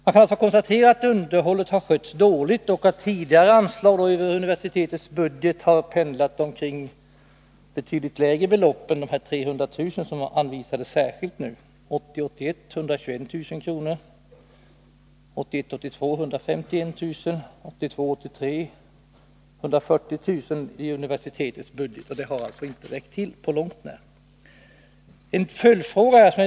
Man kan alltså konstatera att underhållet skötts dåligt och att tidigare anslag över universitetets budget har pendlat omkring betydligt lägre belopp än de 300 000 kr. som nu anvisats särskilt. 1980 82 var det 151 000 kr., 1982/83 var det 140 000 kr. i universitetets budget. Det har alltså inte på långt när räckt till.